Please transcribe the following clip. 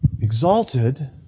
exalted